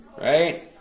right